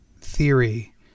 theory